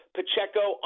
Pacheco